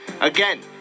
Again